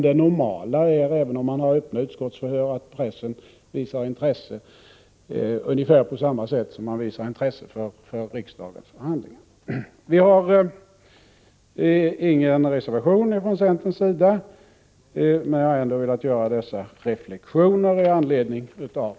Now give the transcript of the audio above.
Det normala är, även när man har öppna utskottsförhör, att pressen visar intresse ungefär på samma sätt som den visar intresse för riksdagens förhandlingar. Vi har ingen reservation från centern, men jag har velat göra dessa reflexioner med anledning av betänkandet.